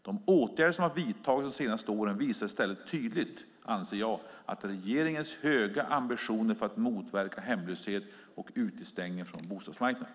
De åtgärder som har vidtagits de senaste åren visar i stället tydligt, anser jag, regeringens höga ambitioner för att motverka hemlöshet och utestängning från bostadsmarknaden.